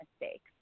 mistakes